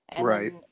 Right